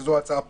שזו ההצעה פה,